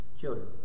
children